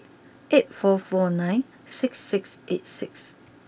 eight four four nine six six eight six